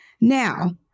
Now